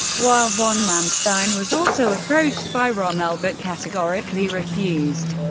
while von manstein was also approached by rommel, but categorically refused,